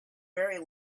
very